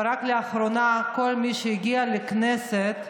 רק לאחרונה כל מי שהגיע לכנסת,